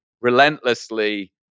relentlessly